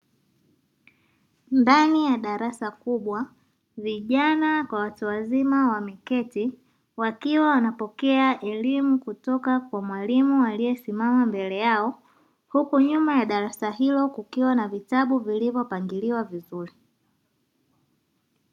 Ndani ya darasa kubwa vijana kwa watu wazima wameketi wakiwa wanapokea elimu kutoka kwa mwalimu aliyesimama mbele yao, huku nyuma ya darasa hilo kukiwa na vitabu vilivyopangiliwa vizuri.